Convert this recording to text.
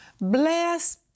bless